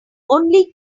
only